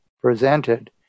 presented